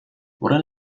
worin